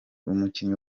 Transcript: umukinnyi